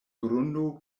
grundo